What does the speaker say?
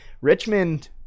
Richmond